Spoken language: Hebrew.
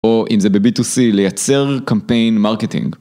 או אם זה ב-B2C לייצר קמפיין מרקטינג